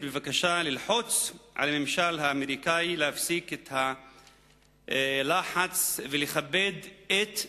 בבקשה ללחוץ על הממשל האמריקני להפסיק את הלחץ ולכבד את,